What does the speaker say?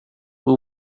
who